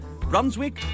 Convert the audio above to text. Brunswick